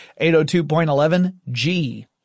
802.11G